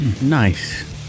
Nice